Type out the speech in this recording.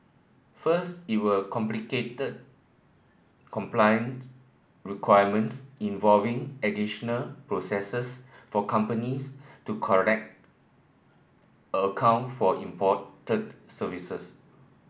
first it will complicate compliant requirements involving additional processes for companies to correct account for imported services